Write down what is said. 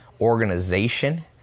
Organization